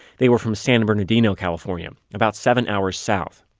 they were from san bernardino, california about seven hours south.